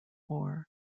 war